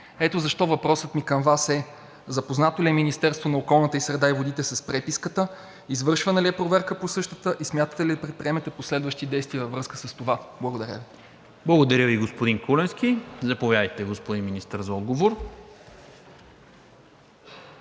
Ето защо въпросът ми към Вас е: запознато ли е Министерството на околната среда и водите с преписката, извършвана ли е проверка по същата и смятате ли да предприемете последващи действия във връзка с това? ПРЕДСЕДАТЕЛ НИКОЛА МИНЧЕВ: Благодаря Ви, господин Куленски. Заповядайте, господин Министър, за отговор.